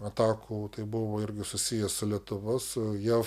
atakų tai buvo irgi susiję su lietuva su jav